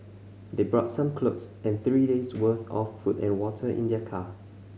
they brought some clothes and three days' worth of food and water in their car